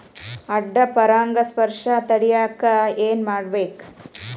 ಅಡ್ಡ ಪರಾಗಸ್ಪರ್ಶ ತಡ್ಯಾಕ ಏನ್ ಮಾಡ್ಬೇಕ್?